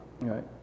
right